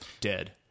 dead